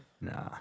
nah